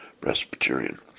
Presbyterian